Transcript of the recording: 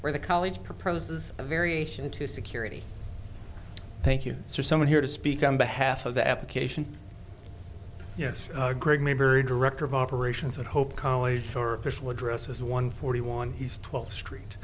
where the college proposes a variation to security thank you someone here to speak on behalf of the application yes greg mayberry director of operations at hope college for official address as one forty one he's twelfth street